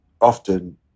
often